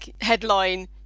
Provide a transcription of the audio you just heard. headline